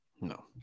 No